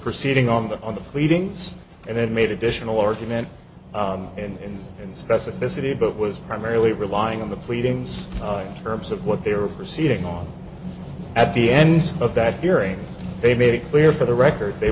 proceeding on the on the pleadings and then made additional argument in and specificity but was primarily relying on the pleadings terms of what they were proceeding on at the end of that hearing they made it clear for the record they